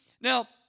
Now